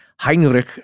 Heinrich